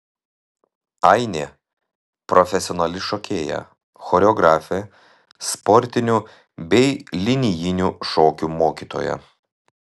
ainė profesionali šokėja choreografė sportinių bei linijinių šokių mokytoja